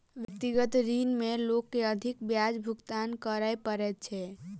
व्यक्तिगत ऋण में लोक के अधिक ब्याज भुगतान करय पड़ैत छै